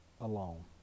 alone